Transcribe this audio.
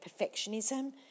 perfectionism